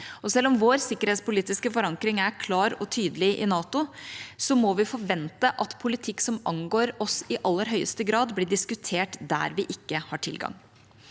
Selv om vår sikkerhetspolitiske forankring er klar og tydelig i NATO, må vi forvente at politikk som angår oss, i aller høyeste grad blir diskutert der vi ikke har tilgang.